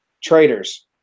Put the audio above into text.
Traitors